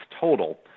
total